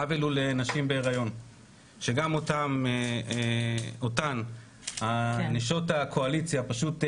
העוול הוא לנשים בהיריון שגם אותן נשות הקואליציה פשוט הפקירו.